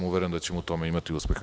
Uveren sam da ćemo u tome imati uspeha.